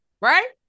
Right